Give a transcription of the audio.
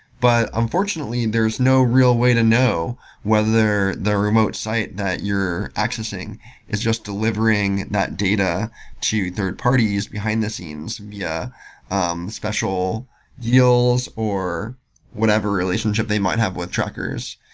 but unfortunately, there's no real way to know whether the remote site that you're accessing is just delivering that data to third parties behind the scenes via um special deals or whatever relationship they might have with trackers.